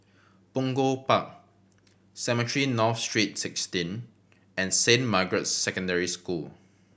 Punggol Park Cemetry North Street Sixteen and Saint Margaret's Secondary School